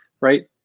right